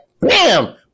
bam